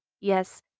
Yes